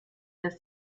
dass